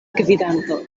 gvidanto